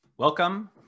Welcome